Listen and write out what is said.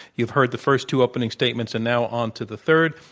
you've heard the first two opening statements, and now on to the third.